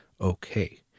okay